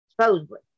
supposedly